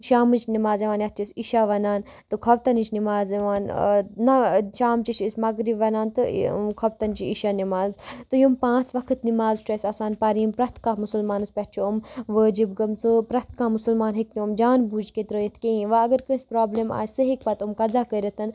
شامٕچ نِماز یِوان یَتھ چھِ أسۍ عشاء وَنان تہٕ خۄفتَنٕچ نِماز یِوان نہ شامچہِ چھِ أسۍ مغرِب وَنان تہٕ خۄفتَن چھِ عشاء نِماز تہٕ یِم پانٛژھ وقت نِماز چھُ اَسہِ آسان پَرٕنۍ یِم پرٛٮ۪تھ کانٛہہ مُسلمانَس پٮ۪ٹھ چھُ یِم وٲجِب گٔمژٕ پرٛٮ۪تھ کانٛہہ مُسلمان ہیٚکہِ یِم جان بوٗجھ کے ترٛٲوِتھ کِہیٖنۍ وَ اگر کٲنٛسہِ پرٛابلِم آسہِ سُہ ہیٚکہِ پَتہٕ یِم قزح کٔرِتھ